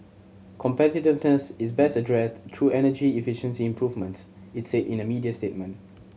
competitiveness is best addressed through energy efficiency improvement it said in a media statement